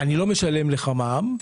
אני לא משלם לך מע"מ,